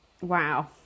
Wow